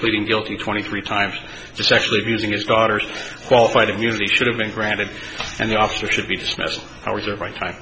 pleading guilty twenty three times to sexually abusing his daughters qualified immunity should have been granted and the officer should be dismissed hours or my time t